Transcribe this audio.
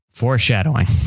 foreshadowing